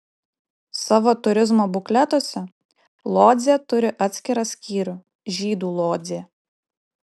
savo turizmo bukletuose lodzė turi atskirą skyrių žydų lodzė